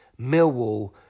Millwall